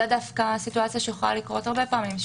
זה מצב שיכול לקרות הרבה פעמים,